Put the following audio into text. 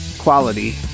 quality